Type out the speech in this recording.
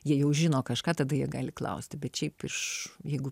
jie jau žino kažką tada jie gali klausti bet šiaip iš jeigu